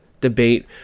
debate